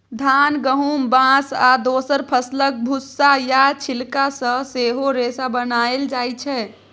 धान, गहुम, बाँस आ दोसर फसलक भुस्सा या छिलका सँ सेहो रेशा बनाएल जाइ छै